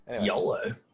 Yolo